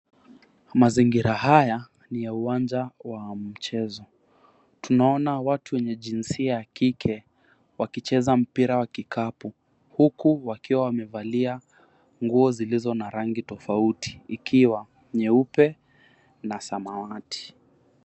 Mazingira haya ni ya uwanja wa mchezo. Tunaona watu wenye jinsia ya kike wakicheza mpira wa kikapu, huku wakiwa wamevalia nguo zilizo na rangi tofauti ikiwa nyeupe na samawati.